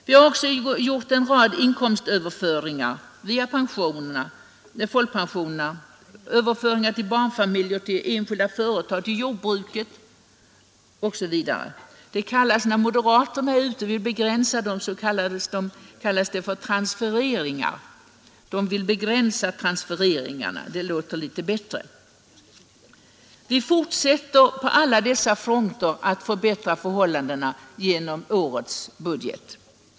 Vi har också gjort en rad inkomstöverföringar via folkpensionerna, överföringar till barnfamiljer, till enskilda företag, till jordbruket osv. När moderaterna är ute för att begränsa sådana överföringar kallas de för transfereringar. De vill begränsa transfereringarna — det låter litet bättre. På alla dessa fronter försöker vi att förbättra förhållandena genom årets budget.